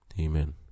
Amen